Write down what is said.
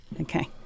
Okay